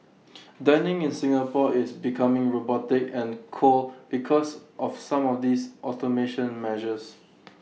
dining in Singapore is becoming robotic and cold because of some of these automation measures